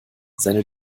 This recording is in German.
seine